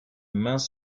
mains